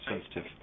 sensitive